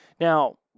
Now